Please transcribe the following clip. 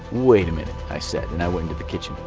wait a minute, i said, and i went into the kitchen.